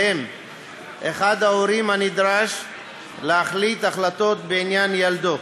שבהם אחד ההורים הנדרש להחליט החלטות בעניין ילדו